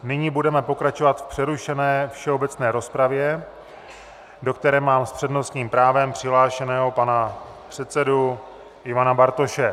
Nyní budeme pokračovat v přerušené všeobecné rozpravě, do které mám s přednostním právem přihlášeného pana předsedu Ivana Bartoše.